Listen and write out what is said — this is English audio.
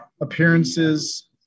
appearances